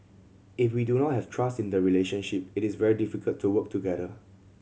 if we do not have trust in the relationship it is very difficult to work together